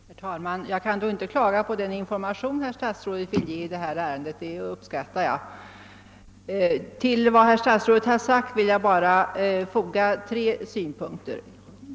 Herr talman! Jag kan då sannerligen inte klaga på den information som statsrådet vill ge i detta ärende — den uppskattar jag. Till vad statsrådet har sagt vill jag anföra tre synpunkter.